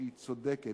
שהיא צודקת,